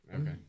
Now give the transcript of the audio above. Okay